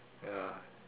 ya